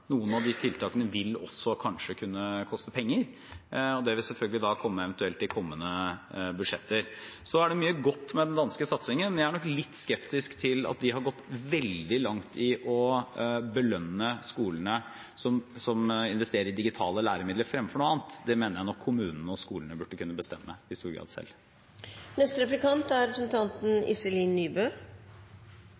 Noen av de tiltakene vil kanskje også koste penger. Det vil selvfølgelig komme, eventuelt, i kommende budsjetter. Så er det mye godt ved den danske satsingen. Jeg er nok litt skeptisk til at de har gått veldig langt i å belønne skolene som investerer i digitale læremidler fremfor noe annet. Det mener jeg nok kommunene og skolene i stor grad burde kunne bestemme selv. Selv om jeg må innrømme at jeg ikke alltid forstår alt, er